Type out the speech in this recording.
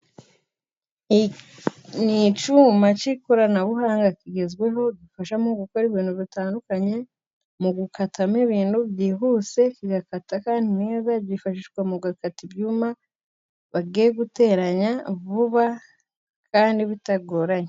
Iki ni icyuma cy'ikoranabuhanga kigezweho gifasha mu gukora ibintu bitandukanye, mu gukatamo ibintu byihuse kigakata kandi neza ,byifashishwa mu gukata ibyuma bagiye guteranya vuba ,kandi bitagoranye